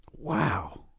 Wow